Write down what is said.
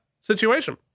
situation